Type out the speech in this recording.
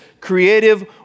creative